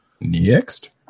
Next